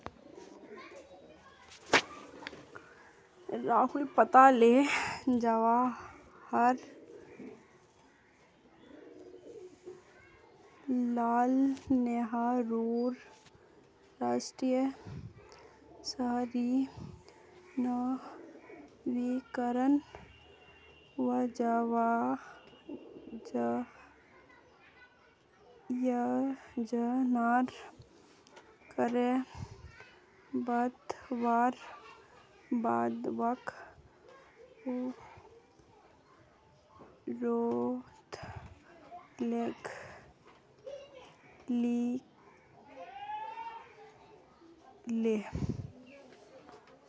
राहुल बताले जवाहर लाल नेहरूर राष्ट्रीय शहरी नवीकरण योजनार बारे बतवार बाद वाक उपरोत लेख लिखले